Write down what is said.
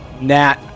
Nat